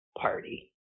party